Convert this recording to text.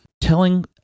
telling